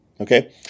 Okay